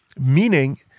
meaning